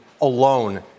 alone